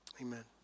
amen